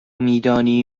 میدانی